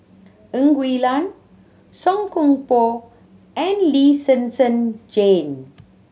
Ng Huee Lam Song Koon Poh and Lee Sen Sen Jane